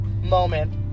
moment